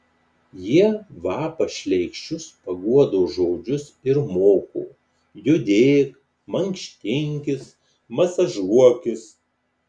jie vapa šleikščius paguodos žodžius ir moko judėk mankštinkis masažuokis